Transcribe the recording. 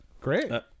great